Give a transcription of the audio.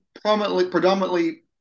predominantly